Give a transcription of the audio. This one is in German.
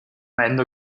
ende